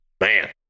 man